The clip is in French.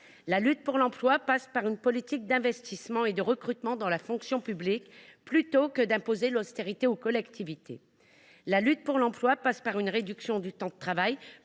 La lutte pour l’emploi passe par une politique d’investissement et de recrutement dans la fonction publique, plutôt que par une austérité imposée aux collectivités. Elle passe par une réduction du temps de travail,